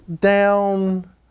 down